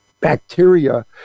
bacteria